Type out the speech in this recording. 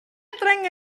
encuentra